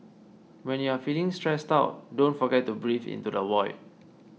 when you are feeling stressed out don't forget to breathe into the void